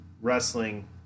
wrestling